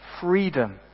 Freedom